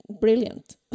brilliant